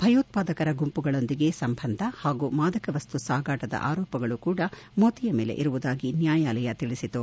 ಭಯೋತ್ವಾದಕರ ಗುಂಪುಗಳೊಂದಿಗೆ ಸಂಬಂಧ ಹಾಗೂ ಮಾದಕ ವಸ್ತು ಸಾಗಾಟದ ಆರೋಪಗಳೂ ಕೂಡ ಮೋತಿಯ ಮೇಲೆ ಇರುವುದಾಗಿ ನ್ಯಾಯಾಲಯ ತಿಳಿಸಿತು